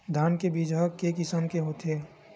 धान के बीजा ह के किसम के होथे?